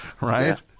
Right